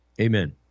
Amen